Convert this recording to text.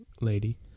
lady